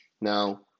now